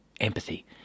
empathy